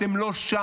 אתם לא שם,